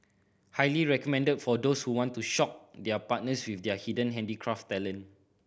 highly recommended for those who want to shock their partners with their hidden handicraft talent